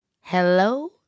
hello